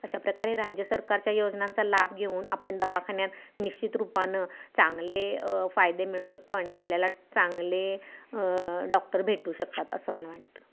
अशा प्रकारे राज्य सरकारच्या योजनांचा लाभ घेऊन आपण दवाखान्यात निश्चित रूपानं चांगले फायदे मिळवू शकतो आणि आपल्याला चांगले डॉक्टर भेटू शकतात असं मला वाटतं